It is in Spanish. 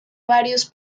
varios